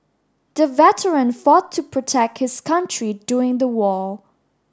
the veteran fought to protect his country during the war